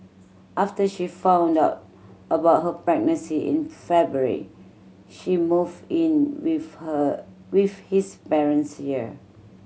after she found out about her pregnancy in February she move in with her with his parents here